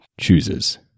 chooses